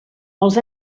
els